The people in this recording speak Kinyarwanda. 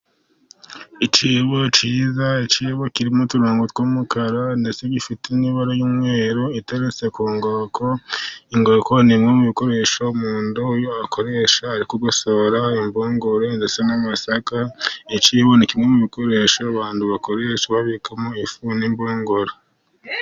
Ikibo kiza, ikibo kirimo uturongo tw'umukara, ndetse gifite n'ibara y'umweru, iteretse ku nkoko, inkoko ni imwe mu bikoresho, umuntu akoresha ari kugosora impungure, ndetse n'amasaka yaciyeho, ni kimwe mu bikoresho abantu bakoresha, babikamo ifu n'impungure.